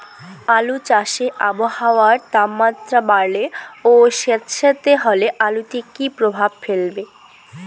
আলু চাষে আবহাওয়ার তাপমাত্রা বাড়লে ও সেতসেতে হলে আলুতে কী প্রভাব ফেলবে?